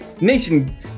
Nation